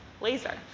laser